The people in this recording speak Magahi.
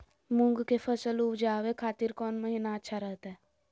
मूंग के फसल उवजावे खातिर कौन महीना अच्छा रहतय?